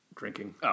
Drinking